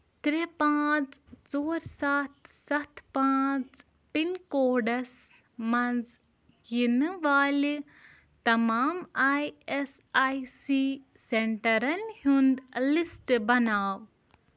ترٛےٚ پانٛژھ ژور سَتھ سَتھ پانٛژھ پِن کوڈَس مَنٛز یِنہٕ والہِ تمام آی اٮ۪س آی سی سٮ۪نٛٹَرَن ہُنٛد لِسٹ بناو